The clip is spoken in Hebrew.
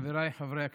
חבריי חברי הכנסת,